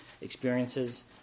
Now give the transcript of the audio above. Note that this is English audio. experiences